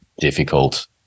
difficult